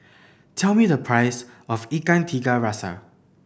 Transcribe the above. tell me the price of Ikan Tiga Rasa